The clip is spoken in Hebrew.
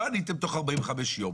לא עניתם תוך 45 יום,